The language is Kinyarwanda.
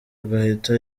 agahita